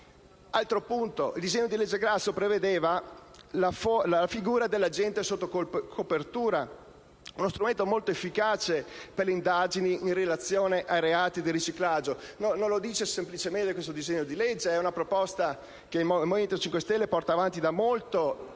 fenomeni. Il disegno di legge Grasso prevedeva, inoltre, la figura dell'agente sotto copertura, uno strumento molto efficace per le indagini in relazione ai reati di riciclaggio. Non lo dice semplicemente questo disegno di legge. È una proposta che il Movimento 5 Stelle porta avanti da molto tempo.